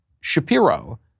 Shapiro